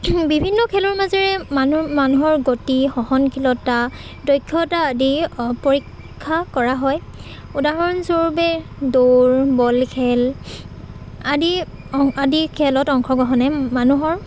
বিভিন্ন খেলৰ মাজেৰে মানুহ মানুহৰ গতি সহনশীলতা দক্ষতা আদি পৰীক্ষা কৰা হয় উদাহৰণস্বৰূপে দৌৰ বলখেল আদি আদি খেলত অংশগ্ৰহণে মানুহৰ